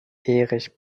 erich